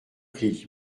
pris